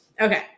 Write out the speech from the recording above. Okay